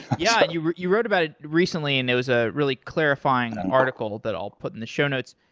yeah. and you you wrote about it recently, and it was a really clarifying article that i'll put in the show notes.